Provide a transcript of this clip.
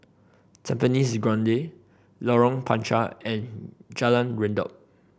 Tampines Grande Lorong Panchar and Jalan Redop